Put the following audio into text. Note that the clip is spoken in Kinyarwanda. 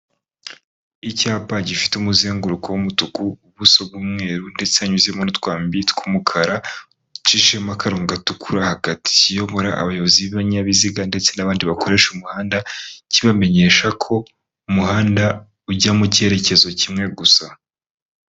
Icyapa gifite umuzenguruko w'umutuku, ubuso bw'umweru ndetse hayanyuzemo n'utwambi tw'umukara, ucishijemo akarongo gatukura hagati, kiyobora abayobozi b'ibinyabiziga ndetse n'abandi bakoresha umuhanda kibamenyesha ko umuhanda ujya mu cyerekezo kimwe gusa.